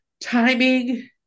timing